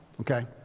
okay